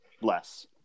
Less